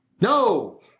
No